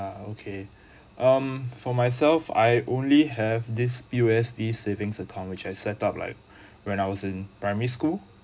okay um for myself I only have this P_O_S_D savings account which I set up like when I was in primary school